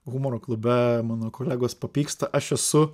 humoro klube mano kolegos papyksta aš esu